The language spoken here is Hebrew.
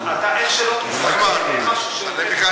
אתה, איך שלא תסתכל, אין משהו שיותר, נחמן,